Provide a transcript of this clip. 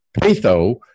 patho